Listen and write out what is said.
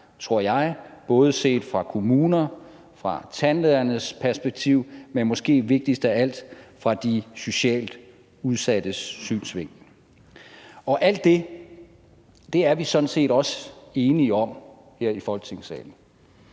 både kommunernes perspektiv, fra tandlægernes perspektiv, men måske vigtigst af alt også fra de socialt udsattes synsvinkel. Alt det er vi sådan set også enige om her i Folketingssalen,